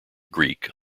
greek